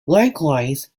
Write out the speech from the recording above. likewise